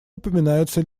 упоминаются